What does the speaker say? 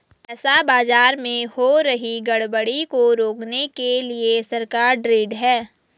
पैसा बाजार में हो रही गड़बड़ी को रोकने के लिए सरकार ढृढ़ है